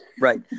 Right